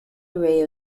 array